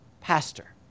pastor